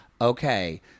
Okay